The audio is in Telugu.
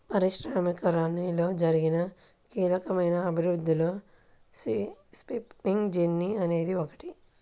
పారిశ్రామికీకరణలో జరిగిన కీలకమైన అభివృద్ధిలో స్పిన్నింగ్ జెన్నీ అనేది ఒకటి